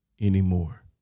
anymore